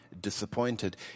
disappointed